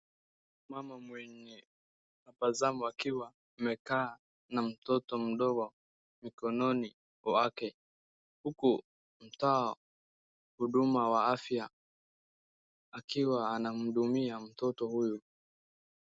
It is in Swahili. Mama mwenye tabasamu akiwa amekaa na mtoto mdogo mikononi wake. Huku mtoa huduma wa afya akiwa anamhudumia mtoto huyu.